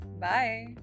Bye